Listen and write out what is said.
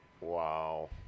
Wow